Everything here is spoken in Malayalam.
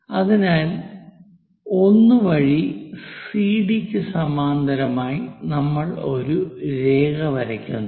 അതിനാൽ 1 വഴി സിഡി ക്ക് സമാന്തരമായി നമ്മൾ ഒരു രേഖ വരയ്ക്കുന്നു